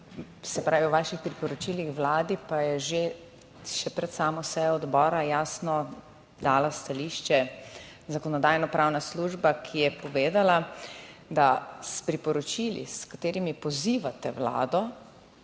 se pravi, o vaših priporočilih Vladi pa je že, še pred samo sejo odbora jasno dala stališče Zakonodajno-pravna služba, ki je povedala, da s priporočili, s katerimi pozivate Vlado,